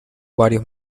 varios